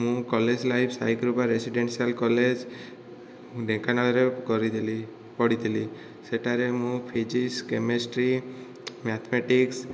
ମୁ college life Saikrupa residential college ଢେଙ୍କାନାଳରେ କରିଥିଲି ପଢ଼ିଥିଲି ସେଠାରେ ମୁଁ ଫିଜିକ୍ସ କେମିଷ୍ଟ୍ରି ମ୍ୟାଥମେଟିକ୍ସ